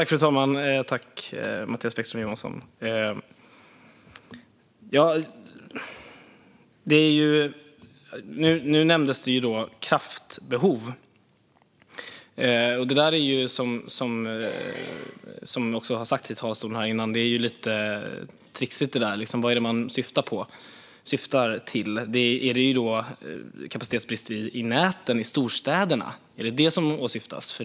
Fru talman! Jag tackar Mattias Bäckström Johansson för detta. Nu nämnde han kraftbehov. Som har sagts tidigare i talarstolen är det lite trixigt. Vad är det man syftar på? Är det kapacitetsbrist i näten i storstäderna? Är det detta som åsyftas?